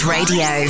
Radio